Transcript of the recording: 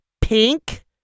pink